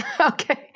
okay